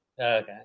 Okay